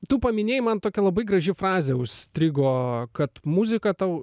tu paminėjai man tokia labai graži frazė užstrigo kad muzika tau